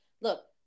look